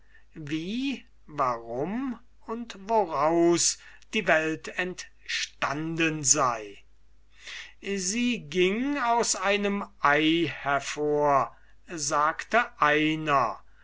wie warum und woraus die welt entstanden sei sie ging aus einem ei hervor sagte einer